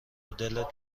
دلت